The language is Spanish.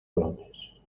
bronces